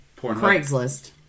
Craigslist